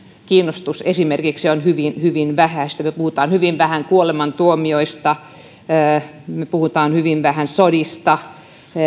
kiinnostus on hyvin hyvin vähäistä me puhumme hyvin vähän kuolemantuomioista me puhumme hyvin vähän sodista